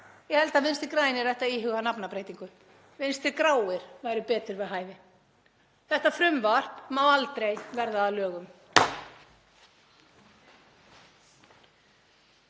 Ég held að Vinstri grænir ættu að íhuga nafnabreytingu. Vinstri gráir væri betur við hæfi. Þetta frumvarp má aldrei verða að lögum.